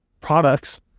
products